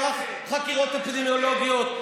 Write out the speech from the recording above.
מערך חקירות אפידמיולוגיות.